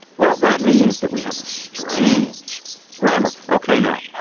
well, that means that we have a strange grammar. okay. now,